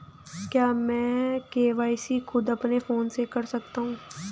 क्या मैं के.वाई.सी खुद अपने फोन से कर सकता हूँ?